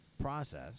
process